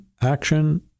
action